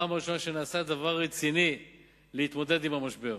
וזו הפעם הראשונה שנעשה דבר רציני להתמודד עם המשבר.